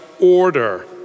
order